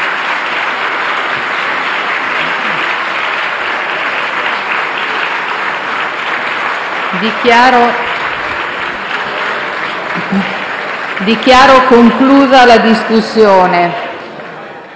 Dichiaro chiusa la discussione